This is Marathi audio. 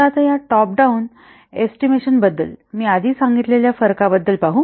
तर आता या टॉप डाउन एस्टिमेशनाबद्दल मी आधी सांगितलेल्या फरकाबद्दल पाहू